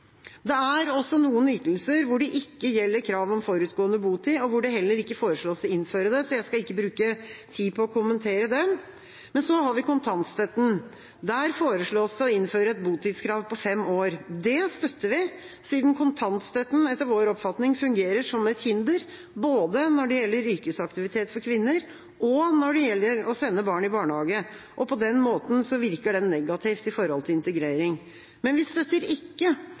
Det er også noen ytelser hvor det ikke gjelder krav om forutgående botid, og hvor det heller ikke foreslås å innføre det, så jeg skal ikke bruke tid på å kommentere dem. Men så har vi kontantstøtten. Der foreslås det å innføre et botidskrav på fem år. Det støtter vi, siden kontantstøtten etter vår oppfatning fungerer som et hinder, både når det gjelder yrkesaktivitet for kvinner, og når det gjelder å sende barn i barnehage, og på den måten virker den negativt med tanke på integrering. Men vi støtter ikke